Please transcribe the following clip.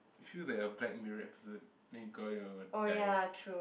it feels like a Black-Mirror episode then you go here and you will die